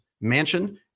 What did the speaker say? mansion